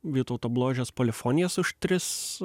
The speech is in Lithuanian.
vytauto bložės polifonijas už tris